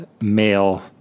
male